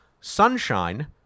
sunshine